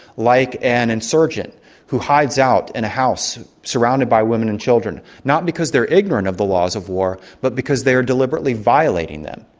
like an insurgent who hides out in a house surrounded by women and children. not because they're ignorant of the laws of war, but because they're deliberately violating them.